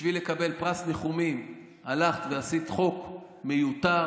בשביל לקבל פרס ניחומים הלכת ועשית חוק מיותר,